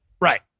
Right